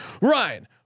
Ryan